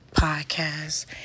podcast